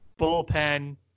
bullpen